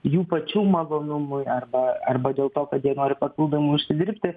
jų pačių malonumui arba arba dėl to kad jie nori papildomai užsidirbti